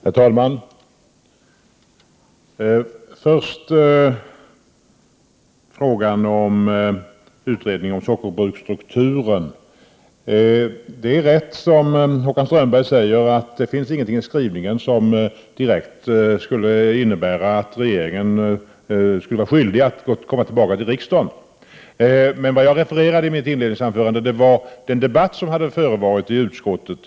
Herr talman! Först några ord om utredningen av sockerbruksstrukturen. Det är riktigt, som Håkan Strömberg säger, att det i skrivningarna inte finns något som direkt skulle innebära att regeringen skulle vara skyldig att komma tillbaka till riksdagen i den frågan. Men vad jag refererade i mitt inledningsanförande var den debatt som hade förts i utskottet.